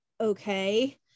okay